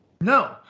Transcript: No